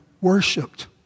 worshipped